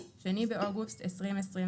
2/8/2021,